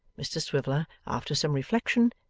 mr swiveller, after some reflection,